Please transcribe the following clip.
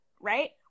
right